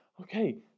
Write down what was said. okay